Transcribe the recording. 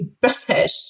British